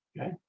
okay